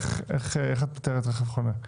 איך את מתארת רכב חונה?